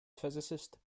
physicist